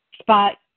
spot